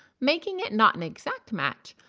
making it not an exact match,